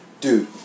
dude